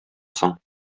соң